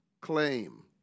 claim